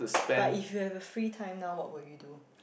but if you a free time now what would you do